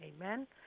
Amen